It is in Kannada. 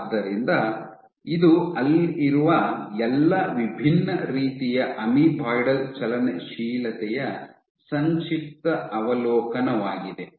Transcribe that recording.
ಆದ್ದರಿಂದ ಇದು ಅಲ್ಲಿರುವ ಎಲ್ಲಾ ವಿಭಿನ್ನ ರೀತಿಯ ಅಮೀಬಾಯ್ಡಲ್ ಚಲನಶೀಲತೆಯ ಸಂಕ್ಷಿಪ್ತ ಅವಲೋಕನವಾಗಿದೆ